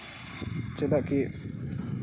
ᱪᱮᱫᱟᱜ ᱠᱤ